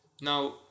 now